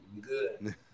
good